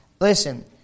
Listen